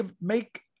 make